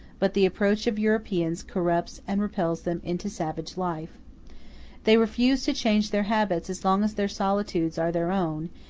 but the approach of europeans corrupts and repels them into savage life they refuse to change their habits as long as their solitudes are their own,